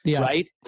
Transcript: right